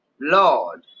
Lord